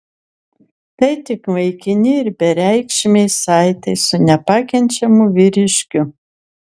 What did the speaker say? tai tik laikini ir bereikšmiai saitai su nepakenčiamu vyriškiu